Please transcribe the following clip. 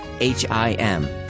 H-I-M